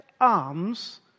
arms